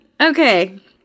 Okay